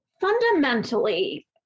fundamentally